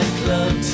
club